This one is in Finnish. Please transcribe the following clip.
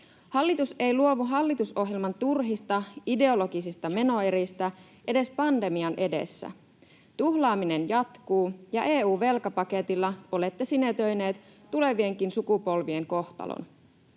Hallitus ei luovu hallitusohjelman turhista ideologisista menoeristä edes pandemian edessä. Tuhlaaminen jatkuu, ja EU:n velkapaketilla olette sinetöineet tulevienkin sukupolvien kohtalon.